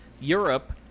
Europe